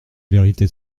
vérité